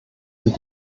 die